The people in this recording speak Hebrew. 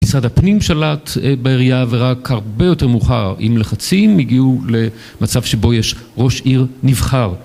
משרד הפנים שלט בעירייה, ורק הרבה יותר מאוחר עם לחצים הגיעו למצב שבו יש ראש עיר נבחר